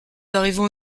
arrivons